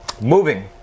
Moving